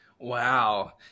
wow